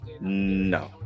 No